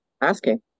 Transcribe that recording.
asking